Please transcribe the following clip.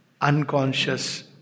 unconscious